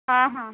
ହଁ ହଁ